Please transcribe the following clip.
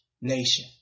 nation